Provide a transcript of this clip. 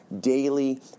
daily